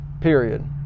period